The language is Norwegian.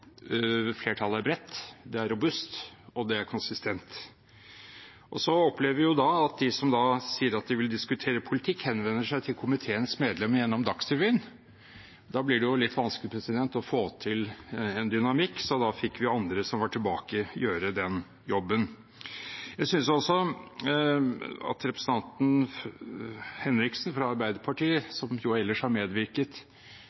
flertallet er bredt, det er robust, det er konsistent. Vi opplevde at de som sier de vil diskutere politikk, henvendte seg til komiteens medlemmer gjennom Dagsrevyen. Da ble det litt vanskelig å få til en dynamikk, så da fikk vi andre som var tilbake, gjøre den jobben. Jeg synes også at representanten Henriksen fra Arbeiderpartiet,